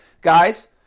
guys